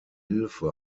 hilfe